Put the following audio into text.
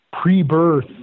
pre-birth